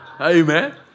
Amen